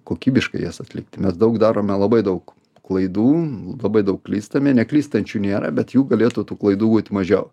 kokybiškai jas atlikti nes daug darome labai daug klaidų labai daug klystame neklystančių nėra bet jų galėtų tų klaidų būt mažiau